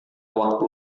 waktu